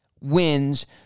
wins